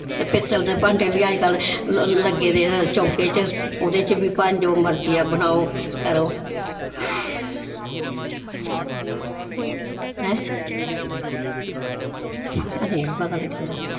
ते पित्तल दे भांडे बी अज्जकल लग्गे दे चौंके च ओह्दे च बी भाएं जो मर्जी बनाओ करो ऐं नेईं पता लगदा